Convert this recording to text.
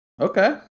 Okay